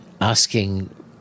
asking